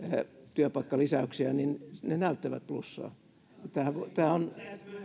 työpaikkalisäyksiä ne näyttävät plussaa